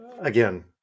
again